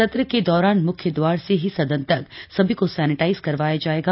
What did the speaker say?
सत्र के दौरान मुख्य दवार से ही सदन तक सभी को सैनिटाइज करवाया जाएगा